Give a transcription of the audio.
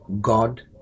God